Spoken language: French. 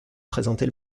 présenter